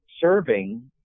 serving